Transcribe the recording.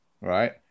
Right